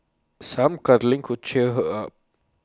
some cuddling could cheer her up